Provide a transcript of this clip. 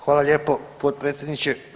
Hvala lijepo potpredsjedniče.